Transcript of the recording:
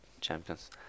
champions